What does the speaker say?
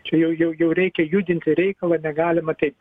čia jau jau jau reikia judinti reikalą negalima taip